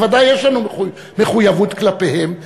בוודאי יש לנו מחויבות כלפיהם,